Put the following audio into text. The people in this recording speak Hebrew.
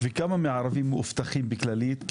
וכמה מהערבים מבוטחים בכללית?